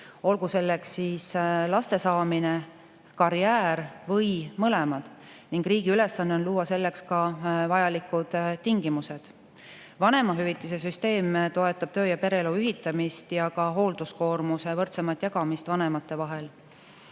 olgu selleks siis laste saamine, karjäär või mõlemad. Riigi ülesanne on luua selleks vajalikud tingimused. Vanemahüvitise süsteem toetab töö‑ ja pereelu ühitamist ja ka hoolduskoormuse võrdsemat jagamist vanemate vahel,